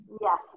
Yes